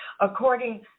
according